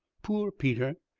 poor peter!